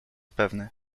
pewny